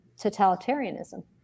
totalitarianism